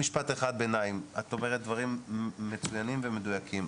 את אומרת דברים מצוינים ומדויקים.